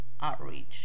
outreach